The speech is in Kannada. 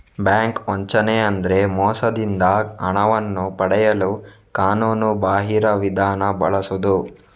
ಬ್ಯಾಂಕ್ ವಂಚನೆ ಅಂದ್ರೆ ಮೋಸದಿಂದ ಹಣವನ್ನು ಪಡೆಯಲು ಕಾನೂನುಬಾಹಿರ ವಿಧಾನ ಬಳಸುದು